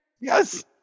yes